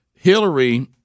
Hillary